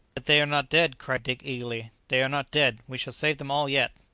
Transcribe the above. but they are not dead, cried dick eagerly they are not dead we shall save them all yet!